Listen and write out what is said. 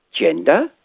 gender